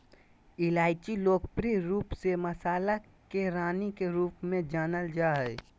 इलायची लोकप्रिय रूप से मसाला के रानी के रूप में जानल जा हइ